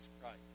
Christ